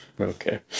Okay